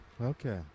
Okay